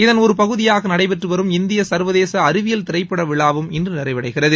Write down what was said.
இதள் ஒரு பகுதியாக நடைபெற்று வரும் இந்திய சர்வதேச அறிவியல் திரைப்பட விழாவும் இன்று நிறைவடைகிறது